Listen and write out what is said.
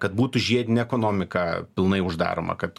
na kad būtų žiedinė ekonomika pilnai uždaroma kad